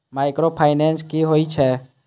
Micro finance कि होई छै?